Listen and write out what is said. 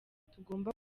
tugomba